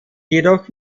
jedoch